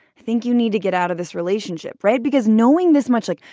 think you need to get out of this relationship. right. because knowing this much like,